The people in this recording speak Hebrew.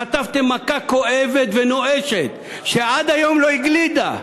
חטפתם מכה כואבת ונואשת שעד היום לא הגלידה.